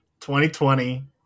2020